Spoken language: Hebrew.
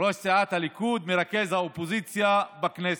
ראש סיעת הליכוד, מרכז האופוזיציה בכנסת,